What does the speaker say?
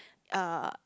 uh